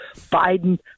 Biden